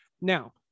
Now